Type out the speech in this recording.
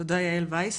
תודה, יעל וייס.